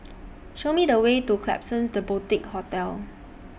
Show Me The Way to Klapsons The Boutique Hotel